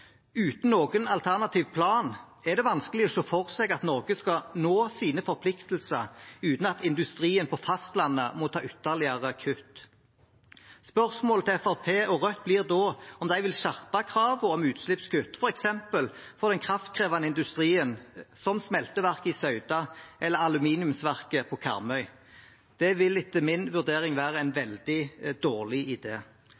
Uten noen alternativ plan er det vanskelig å se for seg at Norge skal nå sine forpliktelser uten at industrien på fastlandet må ta ytterligere kutt. Spørsmålet til Fremskrittspartiet og Rødt blir da om de vil skjerpe kravet om utslippskutt, f.eks. for den kraftkrevende industrien som smelteverket i Sauda eller aluminiumsverket på Karmøy. Det vil etter min vurdering være en